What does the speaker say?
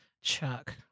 chuck